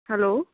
hello